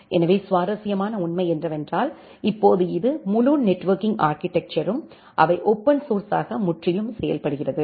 எனவே சுவாரஸ்யமான உண்மை என்னவென்றால் இப்போது இது முழு நெட்வொர்க்கிங் ஆர்க்கிடெக்சரும் அவை ஓபன் சோர்ஸ்ஸாக முற்றிலும் செயல்படுகிறது